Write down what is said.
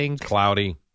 cloudy